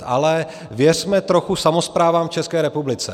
Ale věřme trochu samosprávám v České republice.